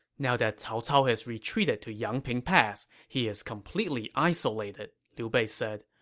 now that cao cao has retreated to yangping pass, he is completely isolated, liu bei said.